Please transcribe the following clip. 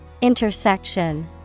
Intersection